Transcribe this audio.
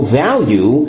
value